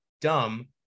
dumb